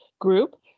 group